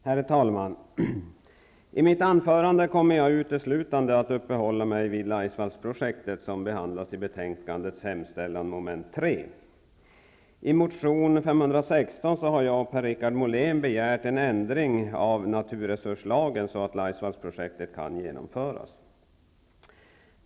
Herr talman! I mitt anförande kommer jag uteslutande att uppehålla mig vid Richard Molén begärt en ändring av naturresurslagen så att Laisvallsprojektet kan genomföras.